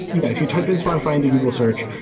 yeah. if you type in spotify into google search,